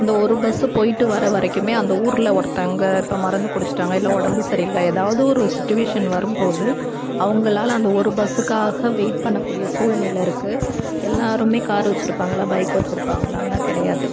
இந்த ஒரு பஸ்ஸு போயிட்டு வர்ற வரைக்குமே அந்த ஊரில் ஒருத்தங்க இப்போ மருந்து குடிச்சிட்டாங்க இல்லை உடம்பு சரியில்லை ஏதாவது ஒரு சுச்சிவேஷன் வரும் போது அவங்களால அந்த ஒரு பஸ்ஸுக்காக வெயிட் பண்ணக்கூடிய சூழ்நிலை இருக்குது எல்லோருமே காரு வச்சுருப்பாங்களா பைக் வச்சுருப்பாங்களான்னா கிடையாது